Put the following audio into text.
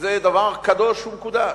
זה דבר קדוש ומקודש.